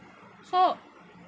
so